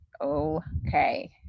okay